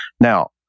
Now